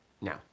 now